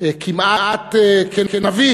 כמעט כנביא